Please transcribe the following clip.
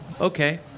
okay